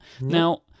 Now